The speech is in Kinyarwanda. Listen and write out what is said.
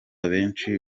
benshi